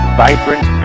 vibrant